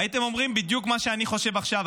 הייתם אומרים בדיוק את מה שאני חושב עכשיו.